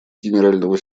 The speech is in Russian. генерального